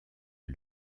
est